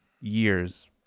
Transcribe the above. years